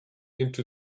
into